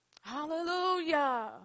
Hallelujah